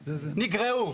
נגרעו.